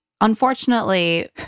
unfortunately